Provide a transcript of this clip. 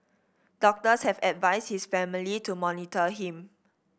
doctors have advised his family to monitor him